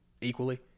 equally